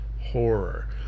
horror